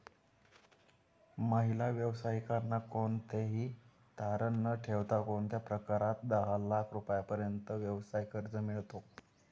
महिला व्यावसायिकांना कोणतेही तारण न ठेवता कोणत्या प्रकारात दहा लाख रुपयांपर्यंतचे व्यवसाय कर्ज मिळतो?